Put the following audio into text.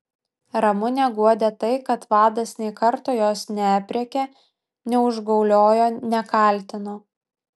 ramunę guodė tai kad vadas nė karto jos neaprėkė neužgauliojo nekaltino